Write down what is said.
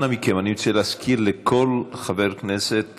אנא מכם, אני רוצה להזכיר לכל חבר כנסת